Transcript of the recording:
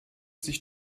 sich